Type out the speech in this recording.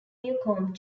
newcomb